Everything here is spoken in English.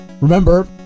remember